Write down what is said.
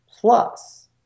plus